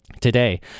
Today